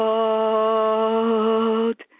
Lord